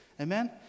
Amen